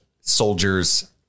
soldier's